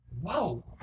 Whoa